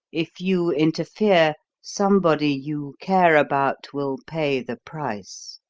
if you interfere, somebody you care about will pay the price.